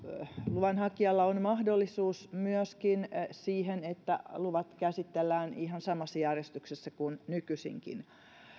luvanhakijalla on mahdollisuus myöskin siihen että luvat käsitellään ihan samassa järjestyksessä kuin nykyisinkin